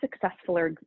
successful